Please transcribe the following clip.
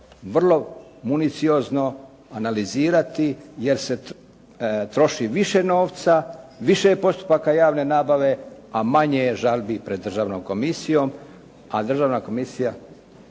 vrlo municiozno analizirati jer se troši više novca, više postupaka javne nabave, a manje je žalbi pred Državnom komisijom. A Državna komisija